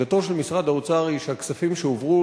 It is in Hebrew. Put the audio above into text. שעמדתו של משרד האוצר היא שהכספים שהועברו